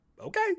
Okay